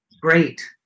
great